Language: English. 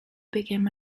became